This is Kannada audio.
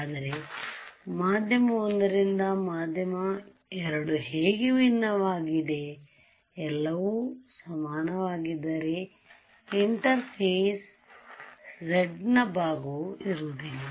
ಆದರೆ ಮಾಧ್ಯಮ 1 ರಿಂದ ಮಾಧ್ಯಮ 2 ಹೇಗೆ ಭಿನ್ನವಾಗಿದೆ ಎಲ್ಲವೂ ಸಮಾನವಾಗಿದ್ದರೆ ಇಂಟರ್ಫೇಸ್ z ನ ಭಾಗ ಇರುವುದಿಲ್ಲ